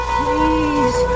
please